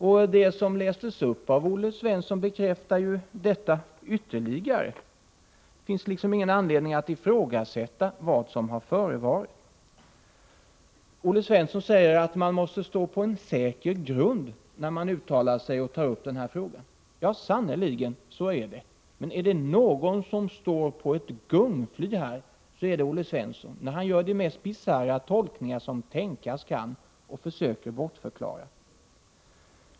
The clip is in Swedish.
Och det som lästes upp av Olle Svensson bekräftar detta ytterligare. Det finns liksom ingen anledning att ifrågasätta vad som har förevarit. Olle Svensson säger att man måste stå på säker grund när man uttalar sig i den här frågan. Ja, sannerligen — så är det. Men är det någon som står på ett gungfly här, så är det Olle Svensson. Han gör de mest bisarra tolkningar som tänkas kan och försöker komma med bortförklaringar.